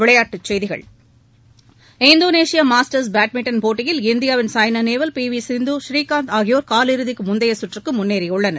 விளையாட்டுச் செய்திகள் Indonesia Masters badminton போட்டியில் இந்தியாவின் சாய்னா நேவால பி வி சிந்து ஸ்ரீகாந்த் ஆகியோர் காலிறுதிக்கு முந்தைய சுற்றுக்கு முன்னேறியுள்ளனர்